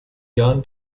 jahren